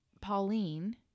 Pauline